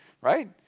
right